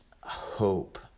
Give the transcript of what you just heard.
hope